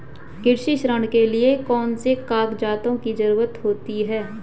कृषि ऋण के लिऐ कौन से कागजातों की जरूरत होती है?